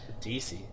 DC